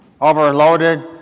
Overloaded